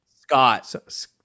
Scott